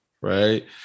right